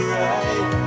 right